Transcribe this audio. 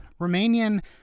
Romanian